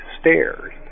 stairs